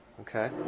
Okay